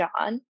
john